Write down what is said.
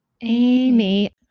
Amy